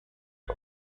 قبل